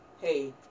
hey